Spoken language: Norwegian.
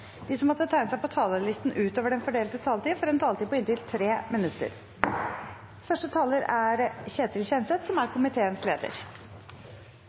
De som måtte tegne seg på talerlisten utover den fordelte taletid, får en taletid på inntil 3 minutter. Vår komité skulle være blant de siste som skulle ha budsjettdebatt, men vi ble den første. Det er